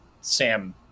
Sam